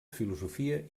filosofia